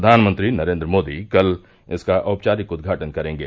प्रधानमंत्री नरेन्द्र मोदी कल इसका औपचारिक उदघाटन करेंगे